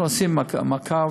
אנחנו עושים מעקב.